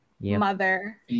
Mother